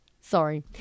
Sorry